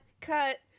cut